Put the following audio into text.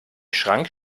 schrank